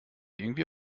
irgendwie